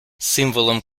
символом